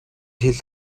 хил